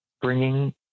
bringing